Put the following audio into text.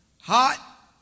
hot